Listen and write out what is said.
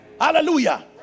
Hallelujah